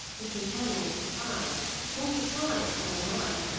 mr. channing was surprised more surprised than alarmed.